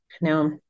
Now